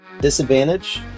Disadvantage